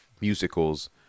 musicals